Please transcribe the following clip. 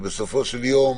ובסופו של יום